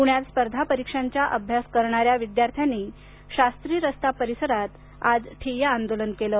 पुण्यात स्पर्धा परीक्षांचा अभ्यास करणाऱ्या विद्यार्थ्यांनी शास्त्री रस्ता परिसरात आज ठिय्या आंदोलन केलं